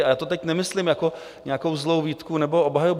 A já to teď nemyslím jako nějakou zlou výtku nebo obhajobu.